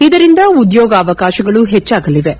ಇದರಿಂದ ಉದ್ಯೋಗ ಅವಕಾಶಗಳು ಹೆಚ್ಚಾಗಲಿವೆ